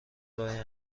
لای